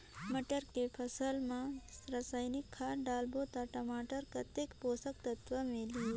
टमाटर के फसल मा रसायनिक खाद डालबो ता टमाटर कतेक पोषक तत्व मिलही?